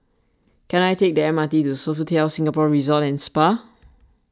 can I take the M R T to Sofitel Singapore Resort and Spa